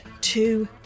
two